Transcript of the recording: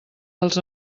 dels